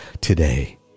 today